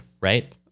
Right